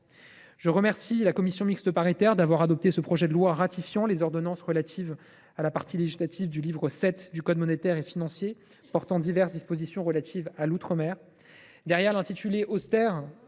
Je remercie la commission mixte paritaire d’avoir adopté ce projet de loi ratifiant les ordonnances relatives à la partie législative du livre VII du code monétaire et financier et portant diverses dispositions relatives à l’outre mer. Derrière l’intitulé austère